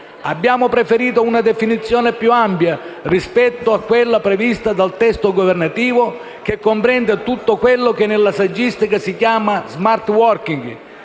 Abbiamo preferito una definizione più ampia rispetto a quella prevista dal testo governativo, che comprende tutto quello che nella saggistica si chiama *smart working*: